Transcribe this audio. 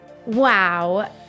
Wow